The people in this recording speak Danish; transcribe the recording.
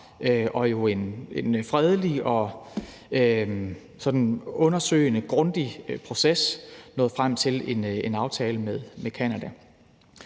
en fredelig og sådan undersøgende, grundig proces er nået frem til en aftale med Canada.